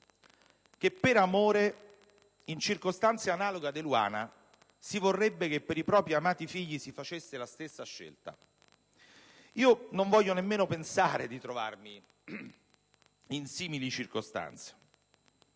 che, per amore, in circostanze analoghe a quella di Eluana, si vorrebbe che per i propri amati figli si facesse la stessa scelta. Io non voglio nemmeno pensare di trovarmi in simili circostanze,